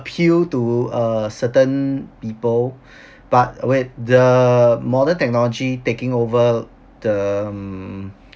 appeal to uh certain people but with the modern technology taking over the mm